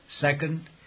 Second